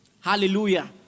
hallelujah